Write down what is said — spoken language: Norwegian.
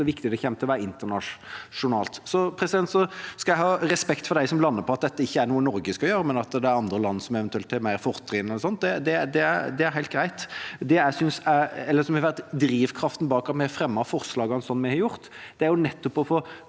viktig det kommer til å være internasjonalt. Så skal jeg ha respekt for dem som lander på at dette ikke er noe Norge skal gjøre, men at det er andre land som eventuelt har flere fortrinn, osv. Det er helt greit. Det som har vært drivkraften bak at vi har fremmet de forslagene som vi har gjort, er nettopp å få